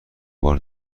بار